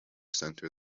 center